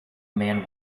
man